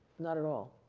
not at all.